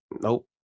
Nope